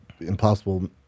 Impossible